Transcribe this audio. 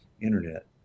Internet